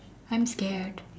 I'm scared